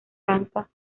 franca